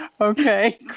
Okay